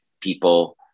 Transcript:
people